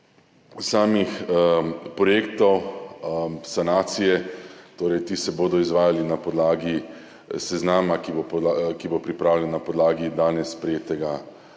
samih projektov sanacije, ti se bodo izvajali na podlagi seznama, ki bo pripravljen na podlagi danes sprejetega